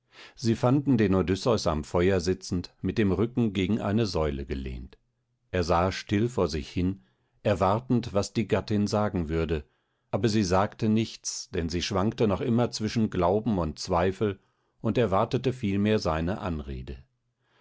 sie fanden den odysseus am feuer sitzend mit dem rücken gegen eine säule gelehnt er sah still vor sich hin erwartend was die gattin sagen würde aber sie sagte nichts denn sie schwankte noch immer zwischen glauben und zweifel und erwartete vielmehr seine anrede